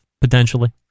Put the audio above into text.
potentially